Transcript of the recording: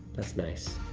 that's nice.